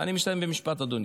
מסיים במשפט, אדוני.